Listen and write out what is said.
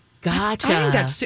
Gotcha